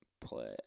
play